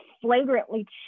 flagrantly